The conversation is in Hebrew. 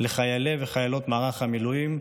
לחיילי וחיילות מערך המילואים,